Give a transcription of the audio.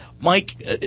Mike